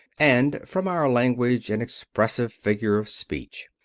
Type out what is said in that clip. and from our language an expressive figure of speech.